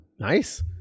nice